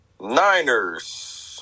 Niners